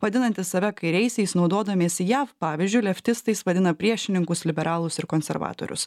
vadinantys save kairiaisiais naudodamiesi jav pavyzdžiu leftistais vadina priešininkus liberalus ir konservatorius